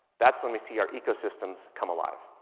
that's when we see our ecosystems come alive.